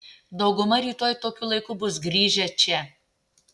dauguma rytoj tokiu laiku bus grįžę čia